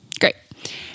Great